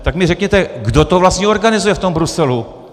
Tak mi řekněte, kdo to vlastně organizuje v tom Bruselu.